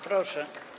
Proszę.